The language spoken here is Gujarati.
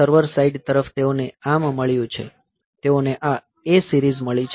સર્વર સાઈડ તરફ તેઓને ARM મળ્યું છે તેઓને આ A સીરીઝ મળી છે